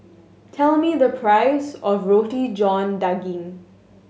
tell me the price of Roti John Daging